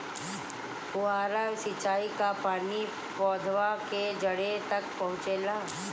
फुहारा सिंचाई का पानी पौधवा के जड़े तक पहुचे ला?